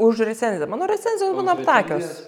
už recenziją mano recenzijos būna aptakios